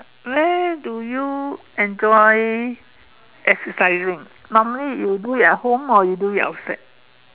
where do you enjoy exercising normally you do it at home or you do it outside